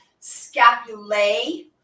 scapulae